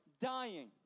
dying